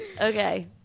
Okay